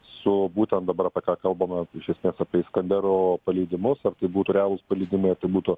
su būtent dabar apie ką kalbama iš esmės apie iskanderų paleidimus ar tai būtų realūs paleidimai ar tai būtų